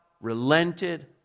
relented